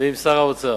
ועם שר האוצר.